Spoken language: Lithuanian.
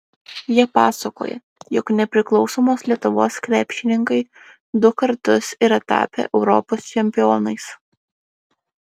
jie pasakoja jog nepriklausomos lietuvos krepšininkai du kartus yra tapę europos čempionais